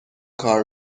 کار